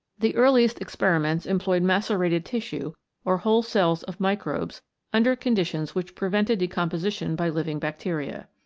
the earliest experiments employed macerated tissue or whole cells of microbes under conditions which prevented decomposition by living bacteria.